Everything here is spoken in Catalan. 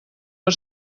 per